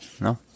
No